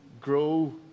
grow